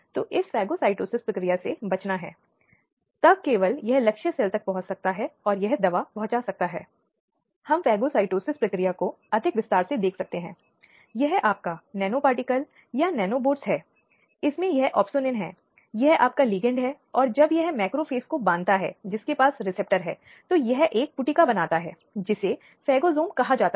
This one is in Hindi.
जैसा कि हमने कहा संवैधानिक दृष्टिकोणों पर चर्चा करते हुए अनुच्छेद 32 के तहत संविधान की गारंटी सर्वोच्च न्यायालय में मौलिक अधिकार या किसी भी मौलिक अधिकार के उल्लंघन के लिए साथ ही अनुच्छेद 226 के तहत किसी भी उच्च न्यायालय में स्थानांतरित करने का कानूनी अधिकार हमेशा रहता है